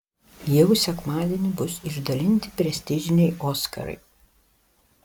jau sekmadienį bus išdalinti prestižiniai oskarai